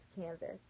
canvas